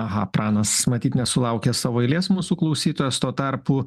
aha pranas matyt nesulaukė savo eilės mūsų klausytojas tuo tarpu